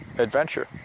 adventure